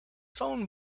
phone